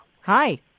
Hi